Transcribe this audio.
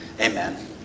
Amen